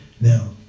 Now